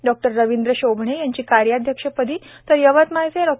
डॉ रवींद्र शोभणे यांची कार्याध्यक्षपदी तर यवतमाळचे डॉ